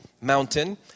mountain